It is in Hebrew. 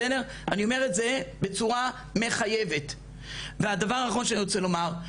אני אומר את זה בצורה מחייבת והדבר האחרון שאני רוצה לומר,